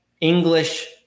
English